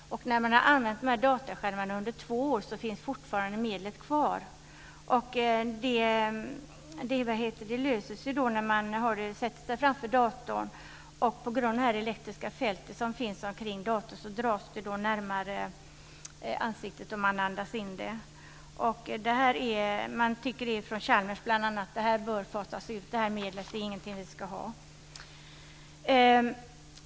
När man har använt de här dataskärmarna under två år finns medlet fortfarande kvar. Det löser sig när man sätter sig framför datorn. På grund av det elektriska fält som finns omkring datorn dras det närmare ansiktet och man andas in det. Man tycker bl.a. från Chalmers att det här medlet bör fasas ut. Det är ingenting vi ska ha.